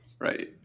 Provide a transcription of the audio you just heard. right